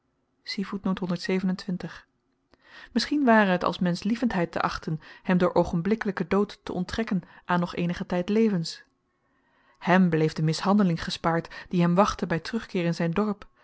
misschien ware het als menschlievendheid te achten hem door oogenblikkelyken dood te onttrekken aan nog eenigen tyd levens hem bleef de mishandeling gespaard die hem wachtte by terugkeer in zyn dorp